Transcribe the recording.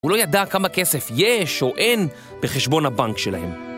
הוא לא ידע כמה כסף יש או אין בחשבון הבנק שלהם.